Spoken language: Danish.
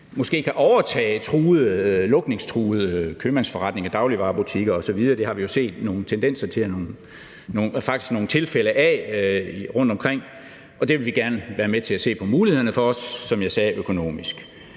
kan overtage lukningstruede købmandsforretninger, dagligvarebutikker osv. Vi har jo set nogle tendenser til det og nogle tilfælde af det rundtomkring, og vi vil gerne være med til at se på mulighederne for det også økonomisk,